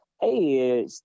hey